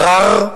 מע'אר,